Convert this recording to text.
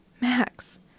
Max